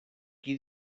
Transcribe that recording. qui